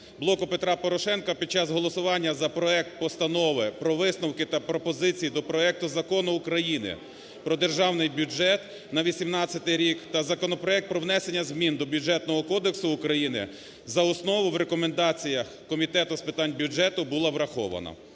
"Блоку Петра Порошенка" під час голосування за проект Постанови про висновки та пропозиції до проекту Закону України "Про Держаний бюджет на 2018 рік" та законопроект про внесення змін до Бюджетного кодексу України за основу в рекомендаціях Комітету з питань бюджету було враховано.